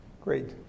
Great